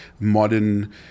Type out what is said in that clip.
Modern